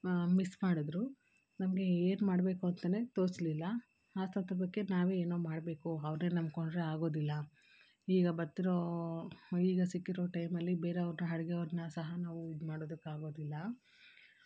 miss ಮಾಡಿದ್ರು ನಮಗೆ ಏನು ಮಾಡಬೇಕು ಅಂತನೆ ತೋಚಲಿಲ್ಲ ಬಗ್ಗೆ ನಾವೆ ಏನೊ ಮಾಡಬೇಕು ಅವ್ರನ್ನ ನಂಬಿಕೊಂಡ್ರೆ ಆಗೋದಿಲ್ಲ ಈಗ ಬರ್ತಿರೋ ಈಗ ಸಿಕ್ಕಿರೊ ಟೈಮಲ್ಲಿ ಬೇರೆಯವರನ್ನ ಅಡಿಗೆಯವರ್ನ ಸಹ ನಾವು ಇದು ಮಾಡೋದಕ್ಕೆ ಆಗೋದಿಲ್ಲ